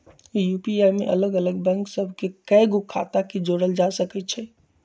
UPI में अलग अलग बैंक सभ के कएगो खता के जोड़ल जा सकइ छै